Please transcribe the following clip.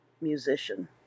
musician